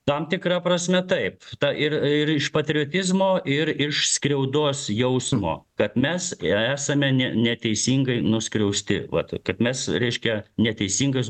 tam tikra prasme taip ir ir iš patriotizmo ir iš skriaudos jausmo kad mes esame ne neteisingai nuskriausti vat kad mes reiškia neteisingas